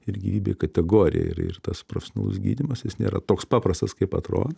ir gyvybei kategoriją ir ir tas profesionalus gydymas jis nėra toks paprastas kaip atro